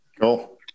Cool